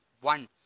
One